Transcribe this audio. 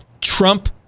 Trump